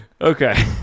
Okay